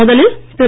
முதலில் திரு